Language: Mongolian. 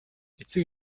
эцэг